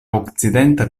okcidenta